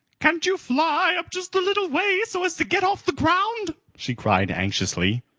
can't you fly up just a little way so as to get off the ground? she cried anxiously.